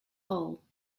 hole